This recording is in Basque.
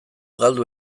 galdu